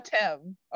tim